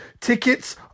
Tickets